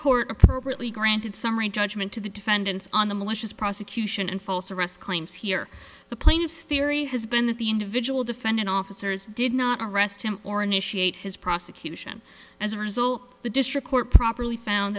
court appropriately granted summary judgment to the defendants on the malicious prosecution and false arrest claims here the plaintiff's theory has been that the individual defendant officers did not arrest him or initiate his prosecution as a result the district court properly found